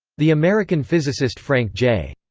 the american physicist frank j.